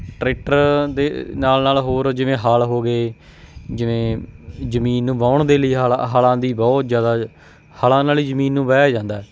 tractor ਦੇ ਨਾਲ ਨਾਲ ਹੋਰ ਜਿਵੇਂ ਹਲ ਹੋ ਗਏ ਜਿਵੇਂ ਜ਼ਮੀਨ ਨੂੰ ਵਾਹੁਣ ਦੇ ਲਈ ਹਲਾਂ ਹਲਾਂ ਦੀ ਬਹੁਤ ਜ਼ਿਆਦਾ ਹਲਾਂ ਨਾਲ ਹੀ ਜ਼ਮੀਨ ਨੂੰ ਵਾਹਿਆ ਜਾਂਦਾ